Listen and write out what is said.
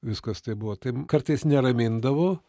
viskas taip buvo tai m kartais neramindavo